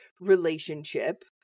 relationship